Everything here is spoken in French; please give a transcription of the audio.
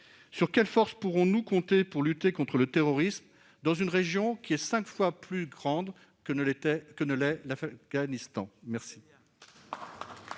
Sur quelles forces pourrons-nous compter pour lutter contre le terrorisme dans une région cinq fois plus étendue que l'Afghanistan ?